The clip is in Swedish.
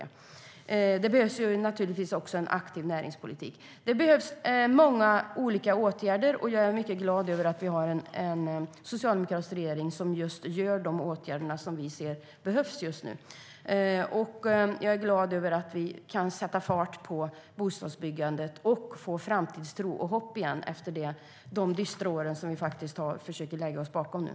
Det behövs naturligtvis även en aktiv näringspolitik. Det behöver vidtas många olika åtgärder, och jag är mycket glad över att vi har en socialdemokratisk regering som vidtar just de åtgärder som behöver vidtas. Jag är glad över att vi kan sätta fart på bostadsbyggandet och få framtidstro och hopp igen efter de dystra år som vi nu försöker lägga bakom oss.